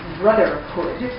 brotherhood